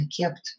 kept